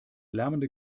lärmende